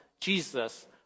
Jesus